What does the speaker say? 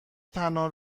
تنها